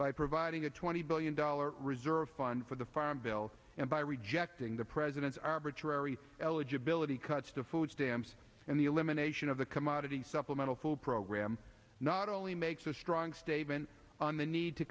by providing a twenty billion dollars reserve fund for the farm bill and by rejecting the president's arbitrary eligibility cuts to food stamps and the elimination of the commodity supplemental food program not only makes a strong statement on the need to